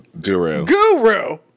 guru